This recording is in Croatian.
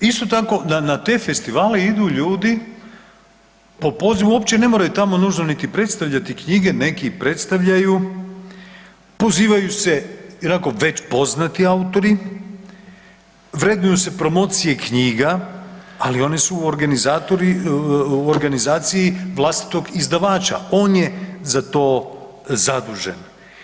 Isto tako, da na te festivale idu ljudi po pozivu, uopće ne moraju tamo nužno niti predstavljati knjige, neki i predstavljaju, pozivaju se onako već poznati autori, vrednuju se promocije knjiga, ali one su organizaciji vlastitog izdavača, on je za to zadužen.